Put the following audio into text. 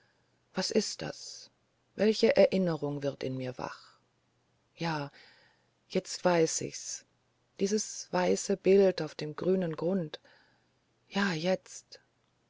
was ist das welche erinnerung wird in mir wach ja jetzt weiß ich's dieses weiße bild auf dem grünen grunde ja jetzt